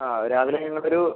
ആ രാവിലെ ഞങ്ങൾക്ക് ഒരു